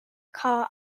car